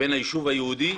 בין היישוב היהודי